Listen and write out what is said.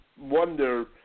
wonder –